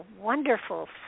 wonderful